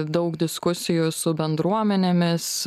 daug diskusijų su bendruomenėmis